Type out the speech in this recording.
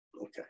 Okay